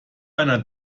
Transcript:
einer